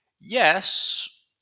Yes